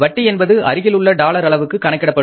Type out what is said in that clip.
வட்டி என்பது அருகிலுள்ள டாலர் அளவுக்கு கணக்கிடப்படும்